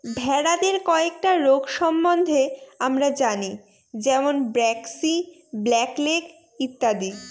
ভেড়াদের কয়েকটা রোগ সম্বন্ধে আমরা জানি যেমন ব্র্যাক্সি, ব্ল্যাক লেগ ইত্যাদি